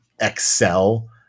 excel